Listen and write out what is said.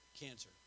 cancer